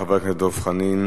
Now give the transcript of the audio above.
חבר הכנסת דב חנין,